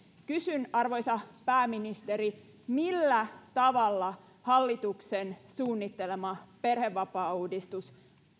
kysyn arvoisa pääministeri millä tavalla hallituksen suunnittelema perhevapaauudistus